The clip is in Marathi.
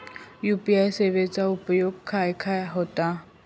यू.पी.आय सेवेचा उपयोग खाय खाय होता?